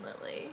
Lily